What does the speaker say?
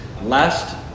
Last